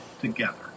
together